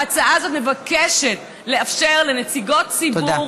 ההצעה הזאת מבקשת לאפשר לנציגות ציבור